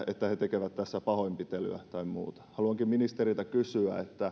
että he tekevät tässä pahoinpitelyä tai muuta haluankin ministeriltä kysyä